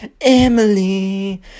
Emily